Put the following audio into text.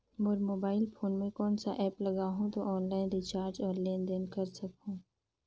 मोर mobile phone मे कोन सा एप्प लगा हूं तो ऑनलाइन रिचार्ज और लेन देन कर सकत हू?